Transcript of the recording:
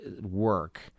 work